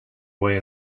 way